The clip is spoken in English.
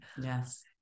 Yes